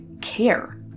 care